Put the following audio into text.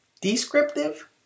descriptive